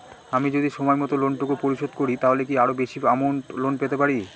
আমি যদি সময় মত লোন টুকু পরিশোধ করি তাহলে কি আরো বেশি আমৌন্ট লোন পেতে পাড়ি?